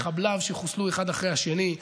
מחבליו שחוסלו אחד אחרי השני,